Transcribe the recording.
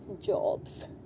jobs